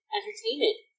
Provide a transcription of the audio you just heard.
Entertainment